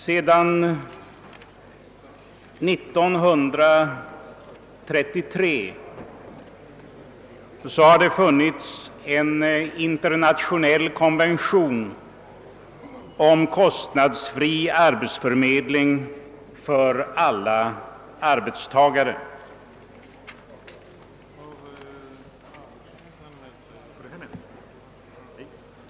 Sedan år 1933 har det funnits en internationell konvention om kostnadsfri arbetsförmedling för alla arbetstagare.